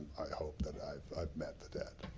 i hope that i've i've met the debt.